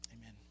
amen